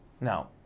Now